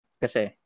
Kasi